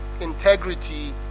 integrity